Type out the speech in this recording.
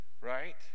right